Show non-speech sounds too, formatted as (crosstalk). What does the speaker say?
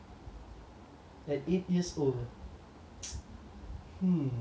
at eight years old (noise) hmm